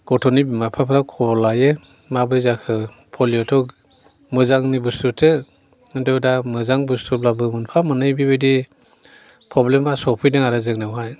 गथ'नि बिमा बिफाफ्रा खबर लायो माब्रै जाखो पलिय'थ' मोजांनि बस्थुथो खिन्थु दा मोजां बुस्थुब्लाबो मोनफा मोननै बेबादि प्रब्लेमा सौफैदों आरो जोंनावहाय